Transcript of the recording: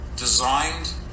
designed